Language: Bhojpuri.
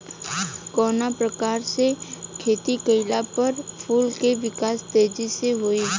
कवना प्रकार से खेती कइला पर फूल के विकास तेजी से होयी?